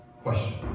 Question